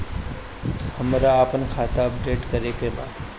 हमरा आपन खाता अपडेट करे के बा